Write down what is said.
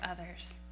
others